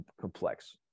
complex